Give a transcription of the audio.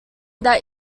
that